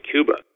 Cuba